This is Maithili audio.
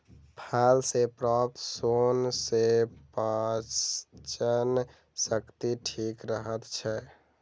फल सॅ प्राप्त सोन सॅ पाचन शक्ति ठीक रहैत छै